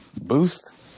boost